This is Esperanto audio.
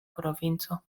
provinco